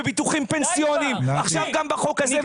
בביטוחים פנסיוניים ועכשיו גם בחוק הזה.